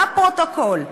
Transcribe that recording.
לפרוטוקול,